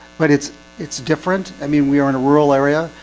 but it's it's different i mean we are in a rural area.